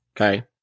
Okay